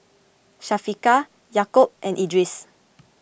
Syafiqah Yaakob and Idris